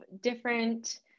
different